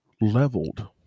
leveled